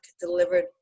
delivered